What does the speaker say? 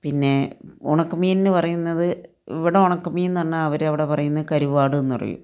പിന്നെ ഉണക്ക് മീനിന് പറയുന്നത് ഇവിടെ ഉണക്ക മീൻ എന്ന് പറഞ്ഞാൽ അവർ അവിടെ പറയുന്ന കരുവാടെന്ന് പറയും